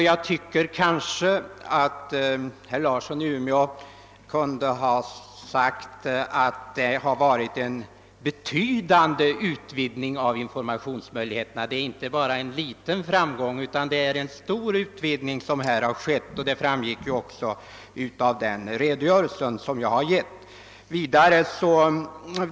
Jag tycker att herr Larsson i Umeå kunde ha sagt att det blivit en betydande utvidgning av informationsmöjligheterna. Det är alltså inte bara en liten utan en stor framgång som har vunnits. Det framgick ju också av den redogörelse jag lämnade.